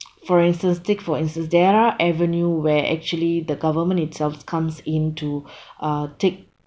for instance take for instance there are avenue where actually the government itself comes into uh take